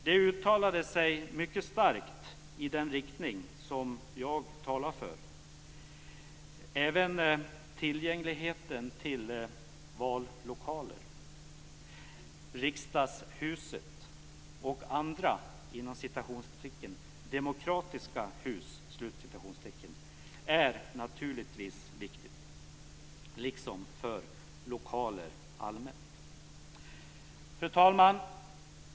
De uttalade sig mycket starkt i den riktning som jag talar för. Även tillgängligheten till vallokaler, Riksdagshuset och andra "demokratiska hus" är naturligtvis viktig, liksom till lokaler allmänt. Fru talman!